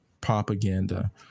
propaganda